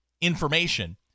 information